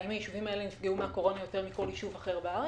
האם היישובים האלה נפגעו מהקורונה יותר מכל יישוב אחר בארץ?